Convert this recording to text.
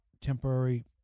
temporary